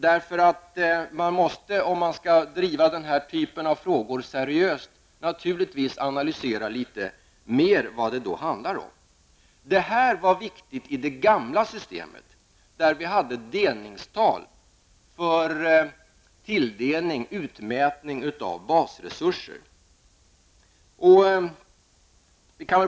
Om vi skall kunna driva denna typ av frågor seriöst, måste man naturligtvis närmare analysera vad det handlar om. Detta var viktigt i det gamla systemet, där vi hade delningstal för tilldelning och utmätning av basresurser.